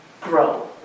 grow